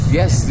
yes